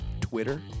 Twitter